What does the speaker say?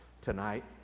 tonight